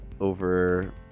over